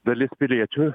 dalis piliečių